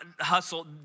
hustle